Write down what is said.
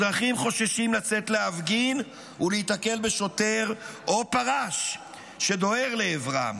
אזרחים חוששים לצאת להפגין ולהיתקל בשוטר או פרש שדוהר לעברם,